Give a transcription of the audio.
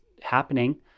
happening